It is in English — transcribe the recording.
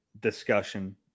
discussion